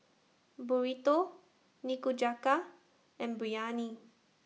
Burrito Nikujaga and Biryani